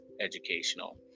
educational